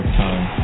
time